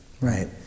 Right